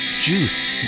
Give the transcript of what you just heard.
Juice